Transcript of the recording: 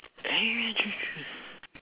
eh true true true